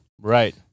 Right